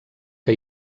que